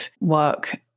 work